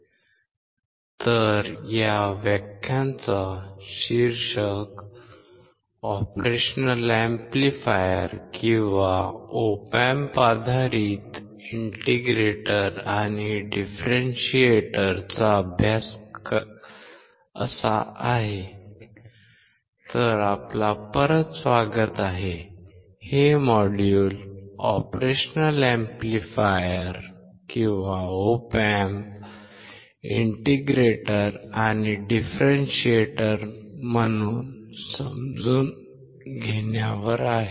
हे मॉड्यूल व्याख्यान ऑपरेशनल अम्प्लिफायरला इंटिग्रेटर आणि डिफरेंशिएटर म्हणून समजून घेण्यावर आहे